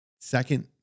Second